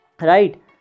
right